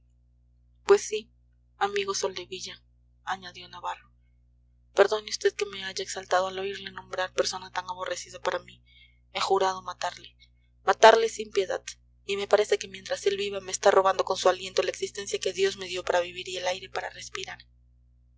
pues sí amigo soldevilla añadió navarro perdone vd que me haya exaltado al oírle nombrar persona tan aborrecida para mí he jurado matarle matarle sin piedad y me parece que mientras él viva me está robando con su aliento la existencia que dios me dio para vivir y el aire para respirar